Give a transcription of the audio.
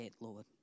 Lord